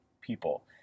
people